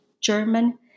German